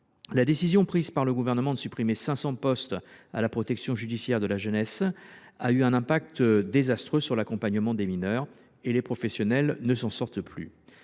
La décision prise par le Gouvernement de supprimer 500 postes à la protection judiciaire de la jeunesse (PJJ) a eu un impact désastreux sur l’accompagnement des mineurs. Les professionnels ne s’en sortent plus